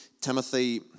Timothy